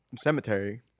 cemetery